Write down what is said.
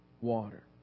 water